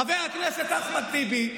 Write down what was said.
חבר הכנסת אחמד טיבי,